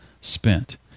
spent